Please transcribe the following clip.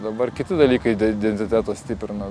dabar kiti dalykai identitetą stiprina